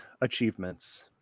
achievements